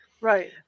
right